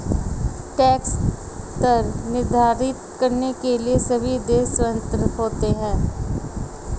tax दर निर्धारित करने के लिए सभी देश स्वतंत्र होते है